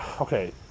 Okay